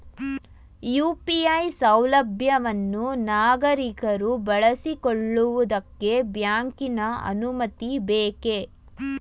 UPI ಸೌಲಭ್ಯವನ್ನು ನಾಗರಿಕರು ಬಳಸಿಕೊಳ್ಳುವುದಕ್ಕೆ ಬ್ಯಾಂಕಿನ ಅನುಮತಿ ಬೇಕೇ?